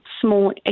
small